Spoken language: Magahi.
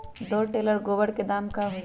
दो टेलर गोबर के दाम का होई?